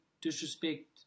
disrespect